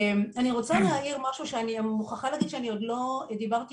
אני רוצה להעיר משהו שאני מוכרחה להגיד שאני עוד לא דיברתי,